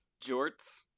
jorts